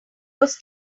was